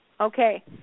Okay